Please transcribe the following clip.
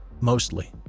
mostly